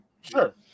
sure